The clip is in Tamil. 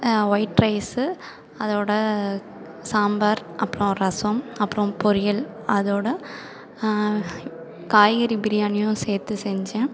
ஒயிட் ரைஸு அதோட சாம்பார் அப்பறம் ரசம் அப்பறம் பொரியல் அதோட காய்கறி பிரியாணியும் சேர்த்து செஞ்சேன்